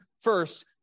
first